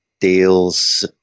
deals